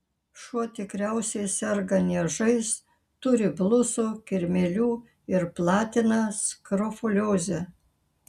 šuo tikriausiai serga niežais turi blusų kirmėlių ir platina skrofuliozę